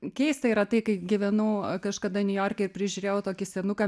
keista yra tai kai gyvenau kažkada niujorke prižiūrėjau tokį senuką